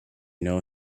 know